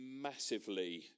massively